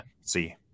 see